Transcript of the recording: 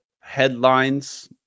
headlines